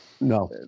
No